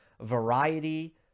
Variety